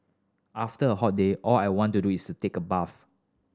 after a hot day all I want to do is take a bath